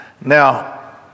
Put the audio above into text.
Now